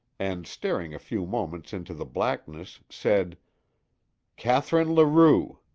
and staring a few moments into the blackness, said catherine larue.